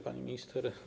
Pani Minister!